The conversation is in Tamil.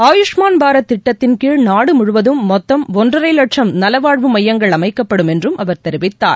ஆயுஷ்மான் பாரத் திட்டத்தின் கீழ் நாடு முழுவதும் மொத்தம் ஒன்றரை லட்சும் நலவாழ்வு மையங்கள் அமைக்கப்படும் என்றும் அவர் தெரிவித்தார்